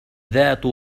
ذات